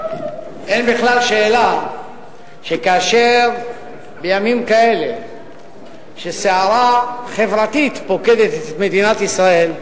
אין בכלל שאלה שכאשר בימים כאלה שסערה חברתית פוקדת את מדינת ישראל,